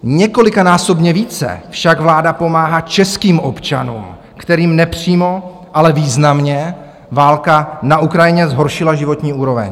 Několikanásobně více však vláda pomáhá českým občanům, kterým nepřímo, ale významně válka na Ukrajině zhoršila životní úroveň.